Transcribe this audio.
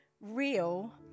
real